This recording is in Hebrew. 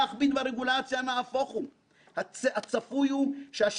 ייעשה בצורה תחרותית וששוק האשראי לא יצטמצם אלא יורחב.